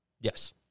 Yes